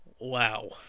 Wow